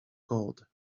gold